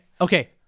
okay